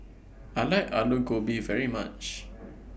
I like Alu Gobi very much